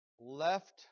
Left